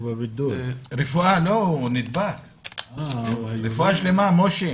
רפואה שלמה, משה.